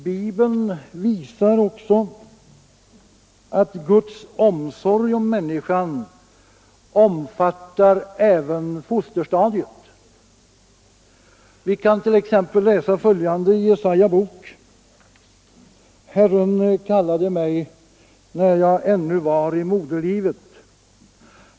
Bibeln visar också att Guds omsorg om människan omfattar även fosterstadiet. Vi kan t.ex. läsa följande i Jesaja bok: ”Herren kallade mig när jag ännu var i moderlivet.